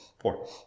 Four